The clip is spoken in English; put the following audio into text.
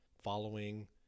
following